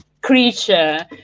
creature